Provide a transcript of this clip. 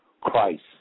Christ